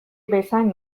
bezain